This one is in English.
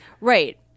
Right